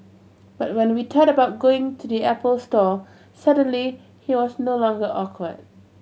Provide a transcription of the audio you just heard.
but when we thought about going to the Apple store suddenly he was no longer awkward